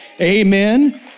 Amen